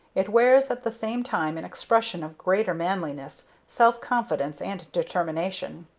it wears at the same time an expression of greater manliness, self-confidence, and determination